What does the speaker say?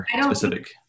specific